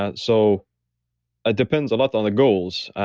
ah it so ah depends a lot on the goals.